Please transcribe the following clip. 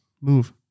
move